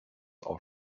auch